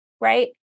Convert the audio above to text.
right